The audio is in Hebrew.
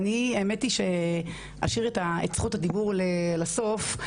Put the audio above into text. האמת שאני אשאיר את זכות הדיבור לסוף.